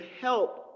help